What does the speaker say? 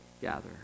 gather